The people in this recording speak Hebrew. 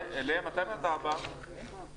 הישיבה ננעלה בשעה 11:20.